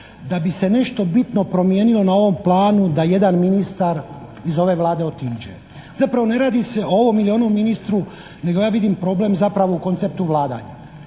da bi se nešto bitno promijenilo na ovom planu da jedan ministar iz ove Vlade otiđe. Zapravo ne radi se o ovom ili onom ministru nego ja vidim problem zapravo u konceptu ulaganja.